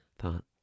thought